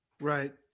Right